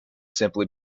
simply